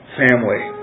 family